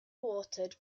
watered